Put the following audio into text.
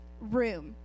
Room